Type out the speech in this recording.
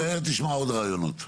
תשמע עוד רעיונות.